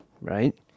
right